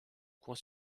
coin